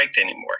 anymore